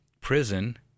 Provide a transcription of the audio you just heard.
prison